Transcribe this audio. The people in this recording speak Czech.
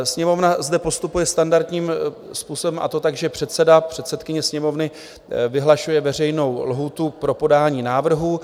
Sněmovna zde postupuje standardním způsobem, a to tak, že předseda předsedkyně Sněmovny vyhlašuje veřejnou lhůtu pro podání návrhu.